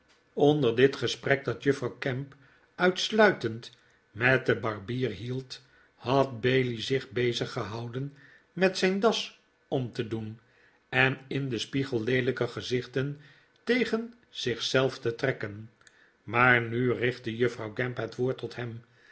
qnder dit gesprek dat juffrouw gamp uitsluitend met den barbier hield had bailey zich beziggehouden met zijn das om te doen en in den spiegel leelijke gezichten tegen zich zelf te trekken maar nu richtte juffrouw gamp het woord tot hem